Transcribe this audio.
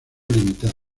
limitada